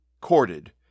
corded